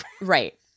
Right